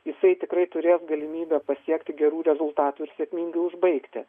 jisai tikrai turės galimybę pasiekti gerų rezultatų ir sėkmingai užbaigti